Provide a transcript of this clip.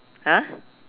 !huh!